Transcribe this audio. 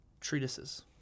Treatises